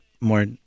more